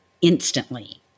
instantly